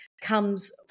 comes